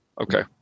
Okay